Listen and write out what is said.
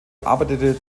arbeitete